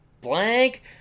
blank